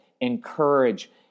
encourage